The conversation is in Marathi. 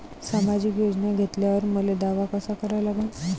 सामाजिक योजना घेतल्यावर मले दावा कसा करा लागन?